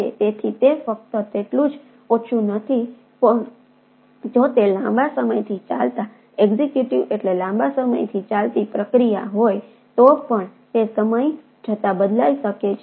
તેથી તે ફક્ત તેટલું જ ઓછું નથી પણ જો તે લાંબા સમયથી ચાલતા એક્ઝિક્યુટિવ એટલે લાંબા સમયથી ચાલતી પ્રક્રિયા હોય તો પણ તે સમય જતાં બદલાઈ શકે છે